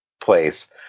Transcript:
place